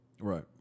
Right